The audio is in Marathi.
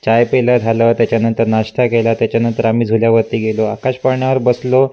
चाय प्यायलं झालं त्याच्यानंतर नाश्ता केला त्याच्यानंतर आम्ही झुल्यावरती गेलो आकाशपाळण्यावर बसलो